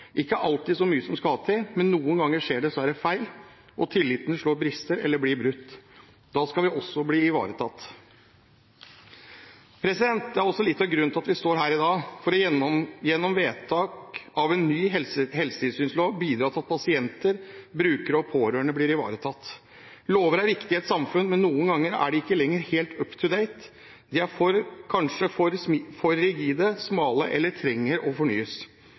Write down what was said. ikke alltid så mye som skal til. Men noen ganger skjer det dessverre feil, og tilliten slår brister eller blir brutt. Da skal vi også bli ivaretatt. Det er også litt av grunnen til at vi står her i dag, for gjennom vedtak av en ny helsetilsynslov å bidra til at pasienter, brukere og pårørende blir ivaretatt. Lover er viktige i et samfunn, men noen ganger er de ikke lenger helt up to date. De er kanskje for rigide, smale eller trenger å fornyes.